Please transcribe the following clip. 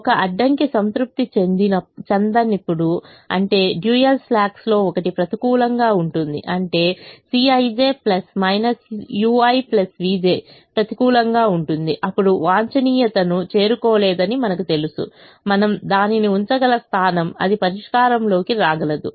ఒక అడ్డంకి సంతృప్తి చెందనిప్పుడు అంటే డ్యూయల్ స్లాక్స్ లో ఒకటి ప్రతికూలంగా ఉంటుంది అంటే Cij vj ప్రతికూలంగా ఉంటుంది అప్పుడు వాంఛనీయతను చేరుకోలేదని మనకు తెలుసు మనము దానిని ఉంచగల స్థానం అది పరిష్కారంలోకి రాగలదు